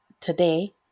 today